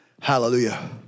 Hallelujah